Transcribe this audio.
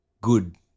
good